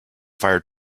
fire